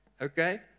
okay